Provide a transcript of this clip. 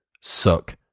suck